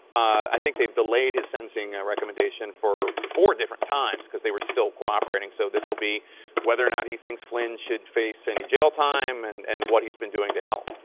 i think they've delayed his sentencing recommendation for four different times, cause they were still cooperating. so this will be whether or not he thinks flynn should face any jail time and and what he's been doing to help.